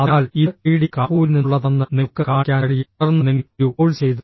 അതിനാൽ ഇത് ഐഐടി കാൺപൂരിൽ നിന്നുള്ളതാണെന്ന് നിങ്ങൾക്ക് കാണിക്കാൻ കഴിയും തുടർന്ന് നിങ്ങൾ ഒരു കോഴ്സ് ചെയ്തു